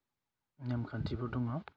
नेमखान्थिफोर दङ